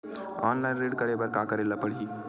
Online ऋण करे बर का करे ल पड़हि?